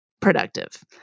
productive